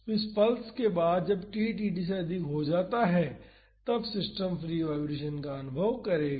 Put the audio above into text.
तो इस पल्स के बाद जब t td से अधिक हो जाता है तब सिस्टम फ्री वाईब्रेशन का अनुभव करेगा